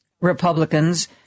Republicans